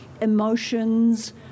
emotions